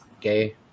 gay